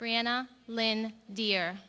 brianna lynn dear